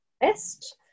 best –